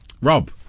Rob